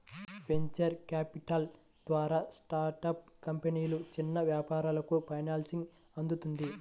venture capital ద్వారా startup కంపెనీలు, చిన్న వ్యాపారాలకు ఫైనాన్సింగ్ అందుతుంది